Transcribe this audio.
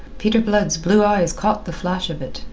peter blood's blue eyes caught the flash of it,